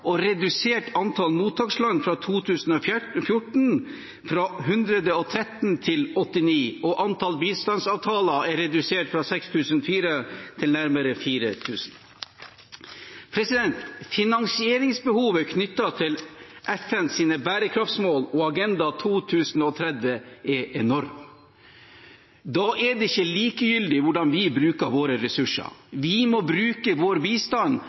2014 redusert antall mottaksland fra 113 til 89, og antall bistandsavtaler er redusert fra 6 400 til nærmere 4 000. Finansieringsbehovet knyttet til FNs bærekraftsmål og Agenda 2030 er enormt. Da er det ikke likegyldig hvordan vi bruker våre ressurser. Vi må bruke vår bistand